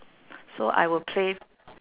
so I will play